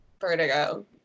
Vertigo